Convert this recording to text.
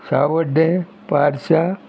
सावड्डें पारशा